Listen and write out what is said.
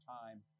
time